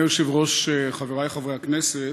אדוני היושב-ראש, חברי חברי הכנסת,